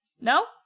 No